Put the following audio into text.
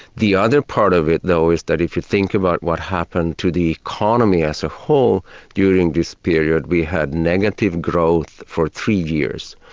the other part of it though, is that if you think about what happened to the economy as a whole during this period, we had negative growth for three years.